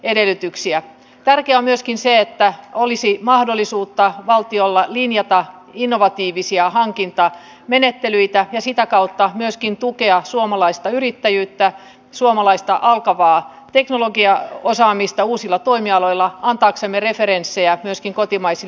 tärkeää on myöskin se että valtiolla olisi mahdollisuutta linjata innovatiivisia hankintamenettelyitä ja sitä kautta myöskin tukea suomalaista yrittäjyyttä suomalaista alkavaa teknologiaosaamista uusilla toimialoilla antaaksemme referenssejä myöskin kotimaisille yrityksille